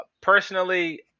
personally